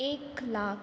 एक लाख